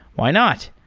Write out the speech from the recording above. why not?